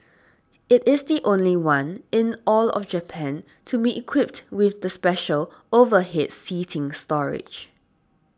it is the only one in all of Japan to be equipped with the special overhead seating storage